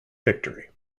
victory